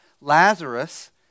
Lazarus